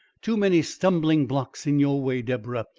too many stumbling-blocks in your way, deborah,